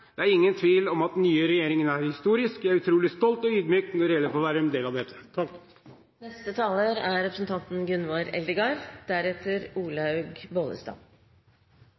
Det er ingen tvil om at den nye regjeringen er historisk. Jeg er utrolig stolt og ydmyk når det gjelder å få være en del av dette.